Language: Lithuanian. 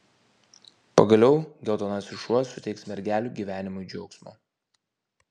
pagaliau geltonasis šuo suteiks mergelių gyvenimui džiaugsmo